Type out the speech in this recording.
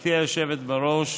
גברתי היושבת-ראש,